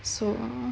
so